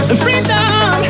freedom